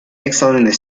excellent